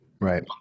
right